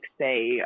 say